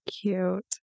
cute